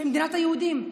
במדינת היהודים?